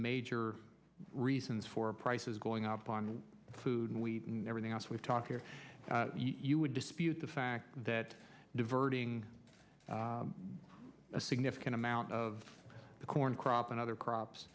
major reasons for prices going up on food and everything else we talk here you would dispute the fact that diverting a significant amount of the corn crop and other crops